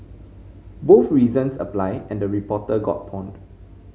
both reasons apply and the reporter got pawned